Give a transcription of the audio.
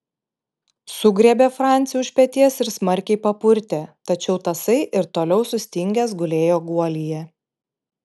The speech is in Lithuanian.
sugriebė francį už peties ir smarkiai papurtė tačiau tasai ir toliau sustingęs gulėjo guolyje